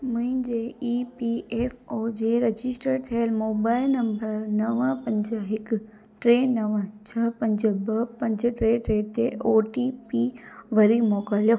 मुंहिंजे E P F O जे register थियल मोबाइल नंबर नवं पंज हिकु टे नवं छ्ह पंज ॿ पंज टे टे ते ओ टी पी वरी मोकिलियो